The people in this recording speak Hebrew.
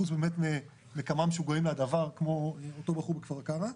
חוץ באמת מכמה משוגעים לדבר כמו אותו בחור מכפר כנא.